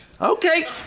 Okay